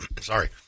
Sorry